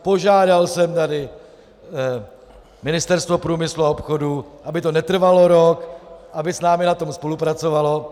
Požádal jsem Ministerstvo průmyslu a obchodu, aby to netrvalo rok, aby s námi na tom spolupracovalo.